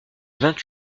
vingt